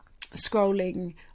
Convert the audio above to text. scrolling